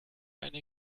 eine